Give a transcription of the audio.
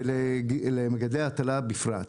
ולמגדלי ההטלה בפרט.